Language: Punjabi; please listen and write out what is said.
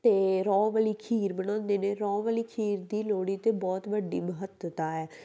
ਅਤੇ ਰੋਹ ਵਾਲੀ ਖੀਰ ਬਣਾਉਂਦੇ ਨੇ ਰੋਹ ਵਾਲੀ ਖੀਰ ਦੀ ਲੋਹੜੀ 'ਤੇ ਬਹੁਤ ਵੱਡੀ ਮਹੱਤਤਾ ਹੈ